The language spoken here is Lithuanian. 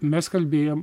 mes kalbėjom